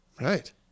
Right